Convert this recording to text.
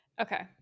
Okay